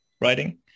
writing